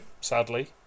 sadly